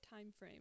timeframe